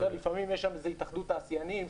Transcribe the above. לפעמים יש שם איזו התאחדות תעשיינים,